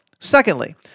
Secondly